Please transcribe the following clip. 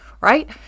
Right